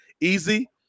easy